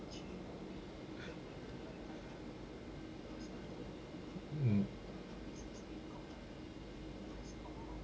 mm